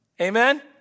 Amen